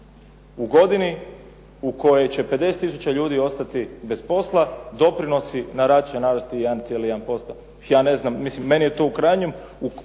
U godini u kojoj će 50 tisuća ljudi ostati bez posla doprinosi na rad će narasti 1,1%. Ja ne znam, mislim je to, u krajnjem